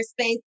space